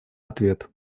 ответ